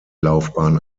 laufbahn